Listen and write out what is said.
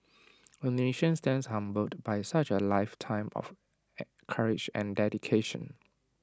A nation stands humbled by such A lifetime of courage and dedication